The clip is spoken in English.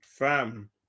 Fam